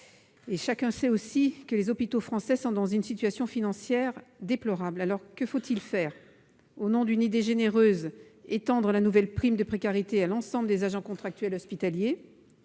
particuliers et que les hôpitaux français sont dans une situation financière déplorable. Dans ces conditions, que faut-il faire ? Au nom d'une idée généreuse, étendre la nouvelle prime de précarité à l'ensemble des agents contractuels hospitaliers ?